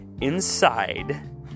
inside